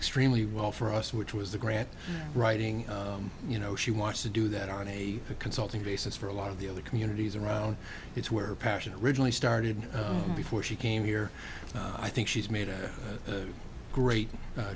extremely well for us which was the grant writing you know she wants to do that on a consulting basis for a lot of the other communities around it's where passion originally started before she came here i think she's made a great